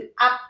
up